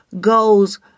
goes